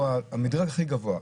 הוא המדרג הכי גבוה.